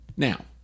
Now